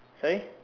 sorry